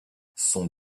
son